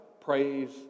praise